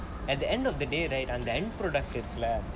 at the end of the day right the end product